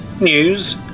news